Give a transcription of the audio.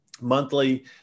monthly